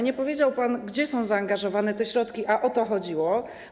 Nie powiedział pan, gdzie są zaangażowane te środki, a o to chodziło.